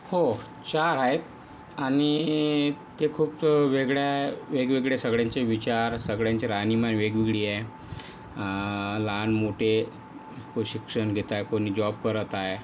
हो चार आहेत आणि ते खूप वेगळ्या वेगवेगळे सगळ्यांचे विचार सगळ्यांची राहणीमान वेगवेगळी आहे लहान मोठे को शिक्षण घेत आहे कोणी जॉब करत आहे